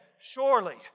Surely